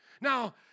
Now